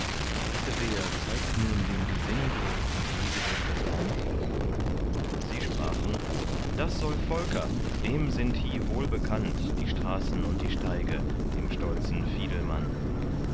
wer zeigt nun dem gesinde die wege durch das land sie sprachen das soll volker dem sind hie wohlbekannt die straßen und die steige dem stolzen fiedelmann